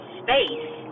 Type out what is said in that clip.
space